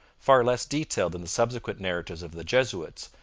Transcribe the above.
far less detailed than the subsequent narratives of the jesuits,